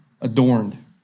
adorned